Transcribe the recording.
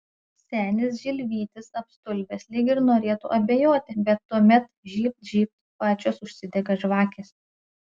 senis žilvytis apstulbęs lyg ir norėtų abejoti bet tuomet žybt žybt pačios užsidega žvakės